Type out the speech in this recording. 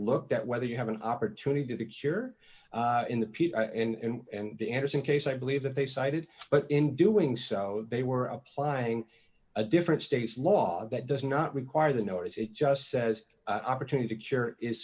looked at whether you have an opportunity to cure in the piece and the interesting case i believe that they cited but in doing so they were applying a different state's law that does not require the notice it just says opportunity cure is